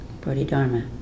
Bodhidharma